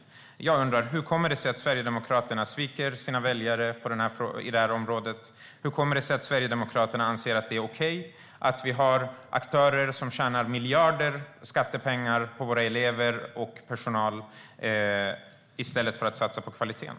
Jag undrar: Hur kommer det sig att Sverigedemokraterna sviker sina väljare på detta område? Hur kommer det sig att Sverigedemokraterna anser att det är okej att vi har aktörer som tjänar miljarder i skattepengar på våra elever och personal i stället för att satsa på kvaliteten?